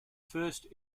first